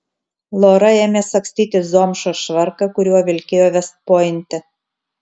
lora ėmė sagstytis zomšos švarką kuriuo vilkėjo vest pointe